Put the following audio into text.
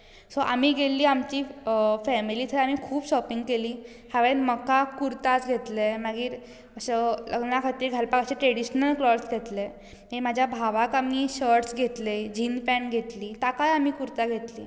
so आमी गेल्ली आमची फेमिली थंय आनी आमी थंय खूब शॉपींग केली हांवेंन म्हाका कुर्ता घेतले लग्ना खातीर घालपाक अशे ट्रेडीशनल क्लोथ घेतले म्हाज्या भावाक आमी शर्टस घेतले जीन पेंट घेतली ताकाय आमी कुर्ता घेतली